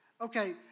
Okay